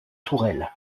tourelles